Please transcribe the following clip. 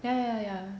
yeah yeah